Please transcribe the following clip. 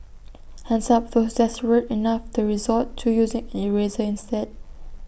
hands up those desperate enough to resort to using an eraser instead